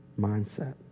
mindset